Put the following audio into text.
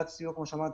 כמו שאמרתי,